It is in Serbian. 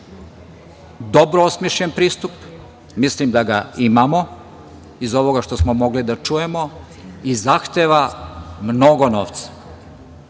dobro osmišljen pristup, mislim da ga imamo, iz ovoga što smo mogli da čujemo, i zahteva mnogo novca.